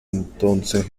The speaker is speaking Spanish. entonces